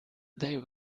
they